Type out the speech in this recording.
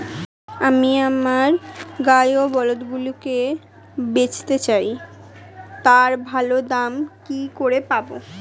আমি আমার গাই ও বলদগুলিকে বেঁচতে চাই, তার ভালো দাম কি করে পাবো?